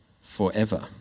forever